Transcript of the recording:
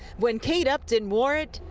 when kate upton wore it,